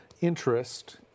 interest